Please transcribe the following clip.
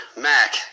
Mac